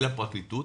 אל הפרקליטות,